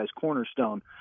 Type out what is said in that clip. cornerstone